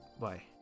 bye